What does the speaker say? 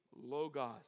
Logos